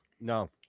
No